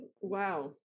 Wow